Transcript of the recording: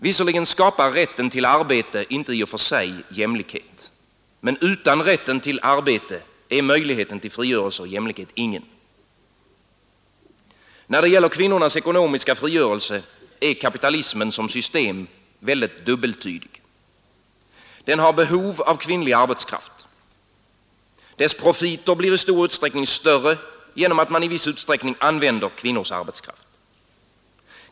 Visserligen skapar rätten till arbete inte i och för sig jämlikhet, men utan rätten till arbete är möjligheten till frigörelse och jämlikhet ingen. När det gäller kvinnornas ekonomiska frigörelse är kapitalismen som system väldigt dubbeltydig. Den har behov av kvinnlig arbetskraft. Dess profiter blir i stor usträckning större genom att man i viss omfattning använder kvinnors arbetskraft.